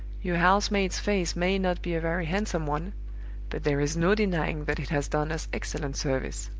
your house-maid's face may not be a very handsome one but there is no denying that it has done us excellent service.